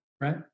right